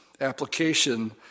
application